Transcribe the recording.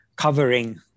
covering